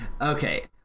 Okay